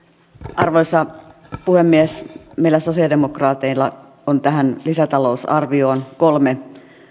arvoisa puhemies meillä sosialidemokraateilla on tähän lisäta lousarvioon kolme